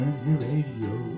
radio